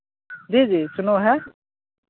जी जी सुने हैं